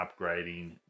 upgrading